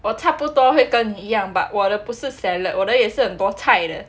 我差不多会跟一样 but 我的不是 salad 我的也是很多菜